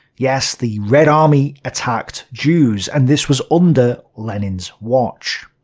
yes, the red army attacked jews, and this was under lenin's watch.